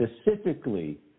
specifically